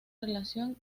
relación